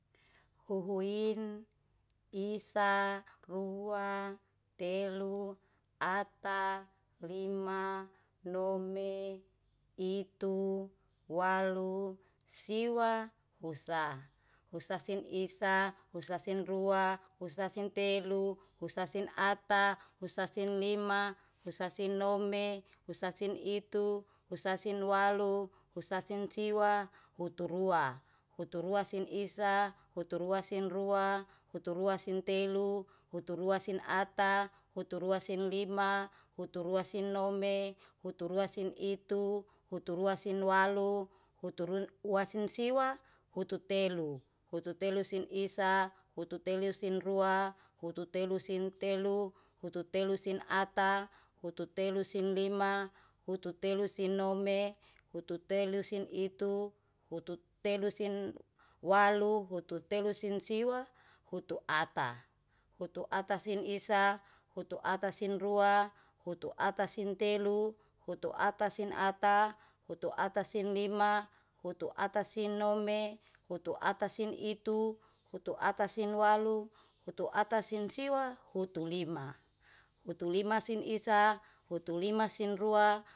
Huhuin, isa, rua, telu, ata, lima, nome, itu, walu, siwa, usa. Usa sin isa. usa sin rua, usa sin telu, usa sin ata, usa sin lima, usa sin nome, usa sin itu, usa sin walu. usa sin siwa, uturuwa. Uturuwa sin isa. uturuwa sin rua, uturuwa sin telu, uturuwa sin ata, uturuwa sin lima, uturuwa sin nome, uturuwa sin itu, uturuwa sin walu, uturuwa sin siwa, ututelu. Ututelu sin isa, ututelu sin rua. ututelu sin telu, ututelu sin ata, ututelu sin lima, ututelu sin nome, ututelu sin itu, ututelu sin walu, ututelu sin siwa, utuata. Utuata sin isa, utuata sin rua. utuata sin telu, utuata sin ata, utuata sin lima, utuata sin nome, utuata sin itu, utuata sin walu, utuata sin siwa utulima. Utulima sin isa, utulima sin rua.